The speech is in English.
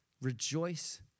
rejoice